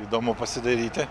įdomu pasidairyti